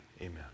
amen